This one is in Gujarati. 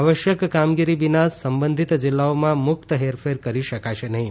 આવશ્યક કામગીરી વિના સંબંધીત જિલ્લાઓમાં મુક્ત હેરફેર કરી શકાશે નહીં